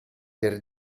per